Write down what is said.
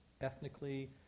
ethnically